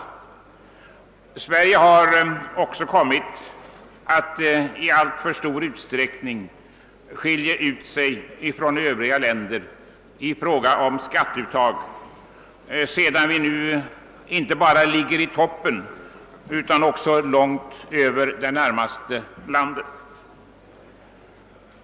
Sverige har kommit att skilja ut sig från övriga länder i fråga om skatteuttag, sedan vi nu inte bara ligger i toppen utan också ligger långt över nästa land.